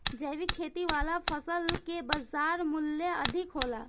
जैविक खेती वाला फसल के बाजार मूल्य अधिक होला